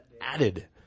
Added